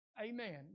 Amen